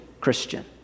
Christian